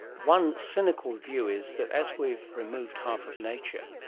one cynical view is that as we've removed half of nature,